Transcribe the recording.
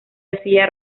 arcilla